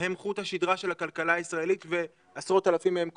שהם חוט השדרה של הכלכלה הישראלית ועשרות אלפים מהם קורסים.